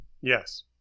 Yes